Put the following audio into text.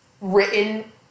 written